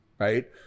Right